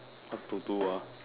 what to do ah